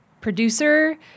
producer